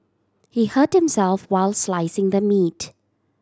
he hurt himself while slicing the meat